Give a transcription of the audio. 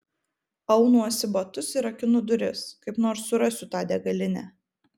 aunuosi batus ir rakinu duris kaip nors surasiu tą degalinę